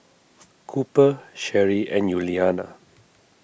Cooper Sheri and Yuliana